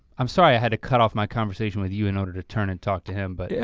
i'm sorry i had to cut off my conversation with you in order to turn and talk to him but, yeah